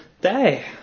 day